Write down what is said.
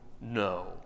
no